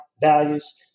values